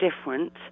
different